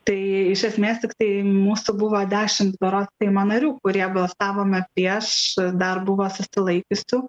tai iš esmės tiktai mūsų buvo dešim berods seimo narių kurie balsavome prieš dar buvo susilaikiusių